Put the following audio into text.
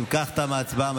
אם כך, תמה ההצבעה.